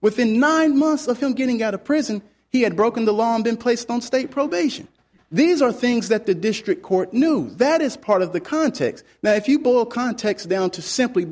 within nine months of him getting out of prison he had broken the law and been placed on state probation these are things that the district court knew that is part of the context now if you boil context down to simply